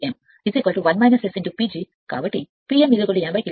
కాబట్టి P m 80 kilo watt కాబట్టి P m 1 0